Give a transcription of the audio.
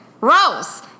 Rose